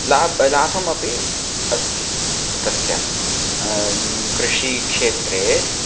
लाभः लाभः अपि अस्ति तस्य कृषिक्षेत्रे